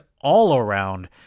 all-around